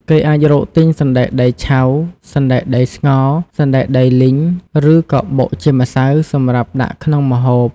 គេអាចរកទិញសណ្ដែកដីឆៅ សណ្ដែកដីស្ងោរ សណ្ដែកដីលីង ឬក៏បុកជាម្សៅសម្រាប់ដាក់ក្នុងម្ហូប។